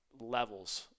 levels